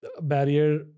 barrier